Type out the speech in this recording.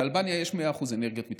באלבניה יש 100% אנרגיות מתחדשות.